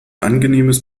angenehmes